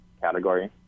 category